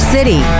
City